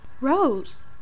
Rose